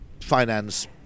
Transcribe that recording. finance